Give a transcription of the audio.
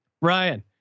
Ryan